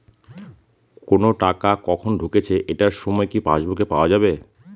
কোনো টাকা কখন ঢুকেছে এটার সময় কি পাসবুকে পাওয়া যাবে?